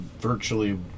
virtually